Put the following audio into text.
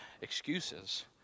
excuses